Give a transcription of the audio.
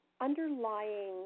underlying